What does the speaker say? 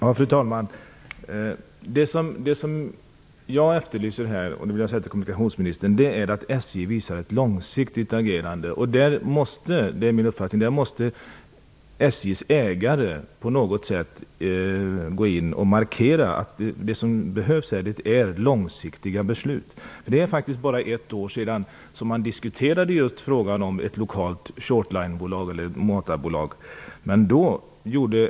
Fru talman! Det jag efterlyser, och det vill jag säga till kommunikationsministern, är att SJ visar ett långsiktigt agerande. Min uppfattning är att SJ:s ägare på något sätt måste gå in och markera att det som behövs är långsiktiga beslut. Det är faktiskt bara ett år sedan man diskuterade just frågan om ett lokalt shortline eller matarbolag.